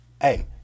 Hey